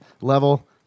level